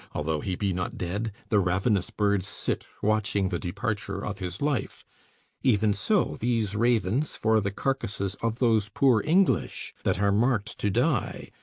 although he be not dead, the ravenous birds sit watching the departure of his life even so these ravens for the carcasses of those poor english, that are marked to die,